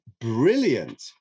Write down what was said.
brilliant